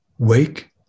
Wake